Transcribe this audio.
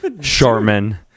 Charmin